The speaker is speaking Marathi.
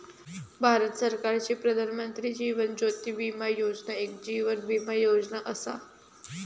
भारत सरकारची प्रधानमंत्री जीवन ज्योती विमा योजना एक जीवन विमा योजना असा